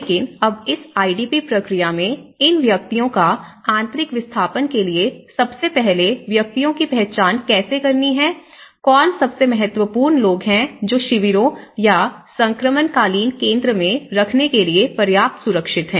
लेकिन अब इस आईडीपी प्रक्रिया में इन व्यक्तियों का आंतरिक विस्थापन के लिए सबसे पहले व्यक्तियों की पहचान कैसे करनी है कौन सबसे महत्वपूर्ण लोग हैं जो शिविरों या संक्रमणकालीन केंद्र में रखने के लिए पर्याप्त सुरक्षित है